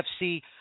FC